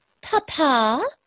Papa